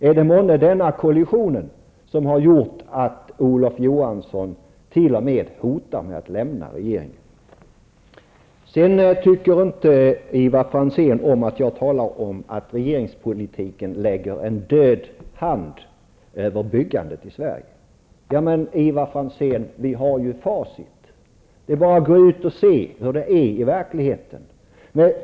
Är det månne denna kollission som har gjort att Olof Johansson t.o.m. hotar med att lämna regeringen? Ivar Franzén tycker inte om att jag talar om att regeringspolitiken lägger en död hand över byggandet i Sverige. Ja, men vi har ju facit. Det är bara att studera hur det är i verkligheten.